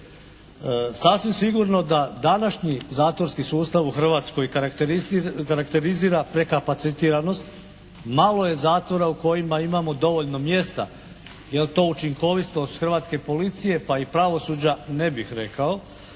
sasvim sigurno da današnji zatvorski sustav u Hrvatskoj karakterizira prekapacitiranost. Malo je zatvora u kojima imamo dovoljno mjesta. Je li to učinkovitost hrvatske policije pa i pravosuđa ne bih rekao.